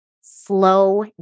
slow